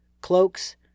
cloaks